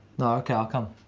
no. okay, i'll come.